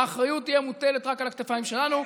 האחריות תהיה מוטלת רק על הכתפיים שלנו.